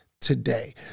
today